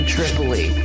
Tripoli